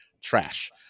trash